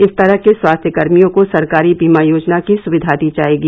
इस तरह के स्वास्थ्य कर्मियों को सरकारी बीमा योजना की सुविधा दी जाएगी